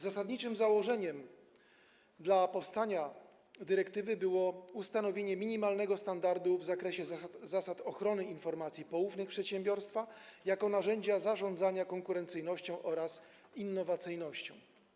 Zasadniczym założeniem powstania dyrektywy było ustanowienie minimalnego standardu w zakresie zasad ochrony informacji poufnych przedsiębiorstwa jako narzędzia zarządzania konkurencyjnością oraz innowacyjnością.